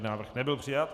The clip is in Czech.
Návrh nebyl přijat.